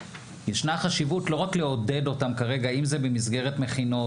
יש חשיבות לא רק לעודד אותם כרגע אם זה במסגרת מכינות